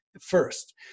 first